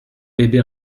bébé